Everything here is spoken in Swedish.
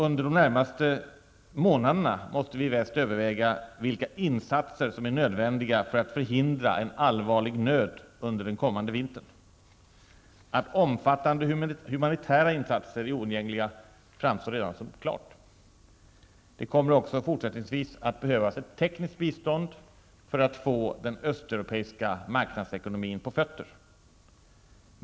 Under de allra närmaste månaderna måste vi i väst överväga vilka insatser som är nödvändiga för att förhindra en allvarlig nöd under den kommande vintern. Att omfattande humanitära insatser är oundgängliga framstår redan som uppenbart. Det kommer också fortsättningsvis att behövas ett tekniskt bistånd för att få den östeuropeiska marknadsekonomin på fötter.